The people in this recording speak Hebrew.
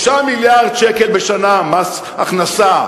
3 מיליארד שקל בשנה מורידים מס הכנסה,